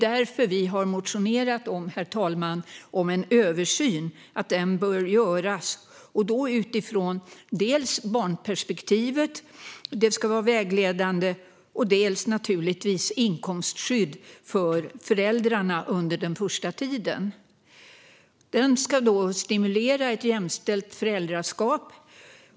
Därför har vi motionerat om att en översyn bör göras utifrån dels att barnperspektivet ska vara vägledande, dels att föräldrarna ska ges inkomstskydd under den första tiden. Föräldraförsäkringen ska stimulera ett jämställt föräldraskap.